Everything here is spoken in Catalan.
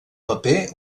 paper